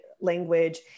language